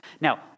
Now